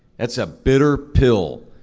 that's a bitter pill.